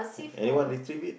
anyone retrieve it